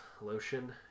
lotion